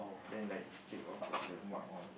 then like skid lor got the mud all